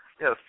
Yes